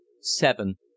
Seven